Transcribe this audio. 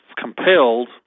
compelled